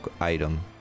item